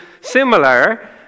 similar